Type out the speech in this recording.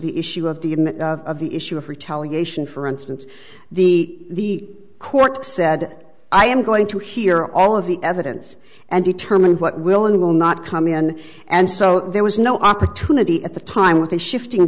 the issue of the image of the issue of retaliation for instance the court said i am going to hear all of the evidence and determine what will and will not come in and so there was no opportunity at the time with the shifting